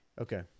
okay